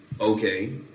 okay